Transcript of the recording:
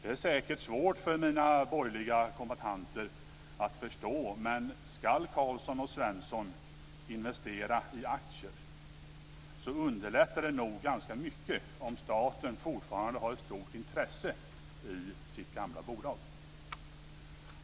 Det är säkert svårt för mina borgerliga kombattanter att förstå, men ska Karlsson och Svensson investera i aktier underlättar det nog ganska mycket om staten fortfarande har ett stort intresse i sitt gamla bolag.